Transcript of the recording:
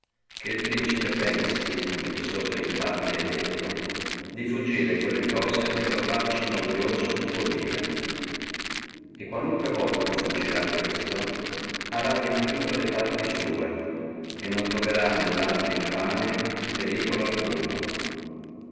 che il principe pensi come di sopra in parte è detto di fuggire quelle cose che lo faccino odioso e contennendo e qualunque volta fuggirà questo arà adempiuto le parti sua e non troverrà nelle altre infamie periculo alcuno